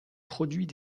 produits